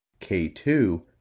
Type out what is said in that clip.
K2